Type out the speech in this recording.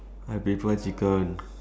I prefer chicken